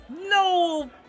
No